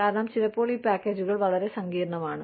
കാരണം ചിലപ്പോൾ ഈ പാക്കേജുകൾ വളരെ സങ്കീർണ്ണമാണ്